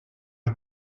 are